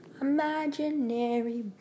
imaginary